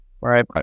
Right